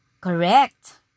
Correct